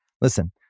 Listen